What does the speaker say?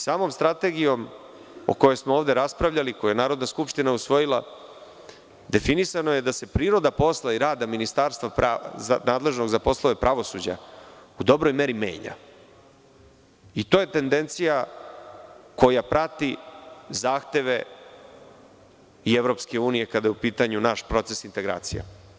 Samom Strategijom o kojoj smo ovde raspravljali, a koju je Narodna skupština usvojila, definisano je da se priroda posla i rada Ministarstva pravde, nadležnog za poslove pravosuđa, u dobroj meri menja i to je tendencija koja prati zahteve i EU kada je u pitanju proces integracija.